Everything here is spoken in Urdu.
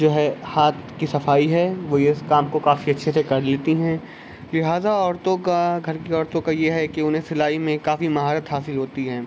جو ہے ہاتھ کی صفائی ہے وہ یہ اس کام کو کافی اچھے سے کر لیتی ہیں لہٰذا عورتوں کا گھر کی عورتوں کا یہ ہے کہ انہیں سلائی میں کافی مہارت حاصل ہوتی ہے